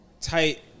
Tight